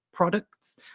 products